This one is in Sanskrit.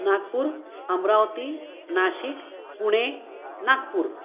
नाग्पूर् अमरावतिः नाशिक् पुणे नाग्पूर्